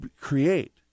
create